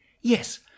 Yes